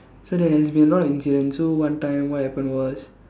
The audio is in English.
so there has been a lot of incidents so one time what happened was